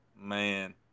man